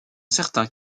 certains